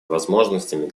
возможностями